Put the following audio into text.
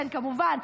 כן, כמובן.